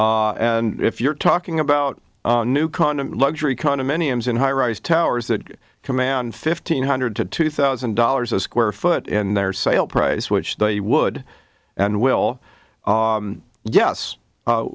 and if you're talking about new condiment luxury condominiums in high rise towers that command fifteen hundred to two thousand dollars a square foot in their sale price which they would and will yes